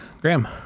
Graham